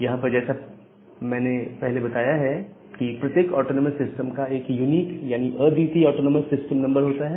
यहां पर जैसा कि मैंने पहले बताया है कि प्रत्येक ऑटोनॉमस सिस्टम का एक यूनिक यानी अद्वितीय ऑटोनॉमस सिस्टम नंबर होता है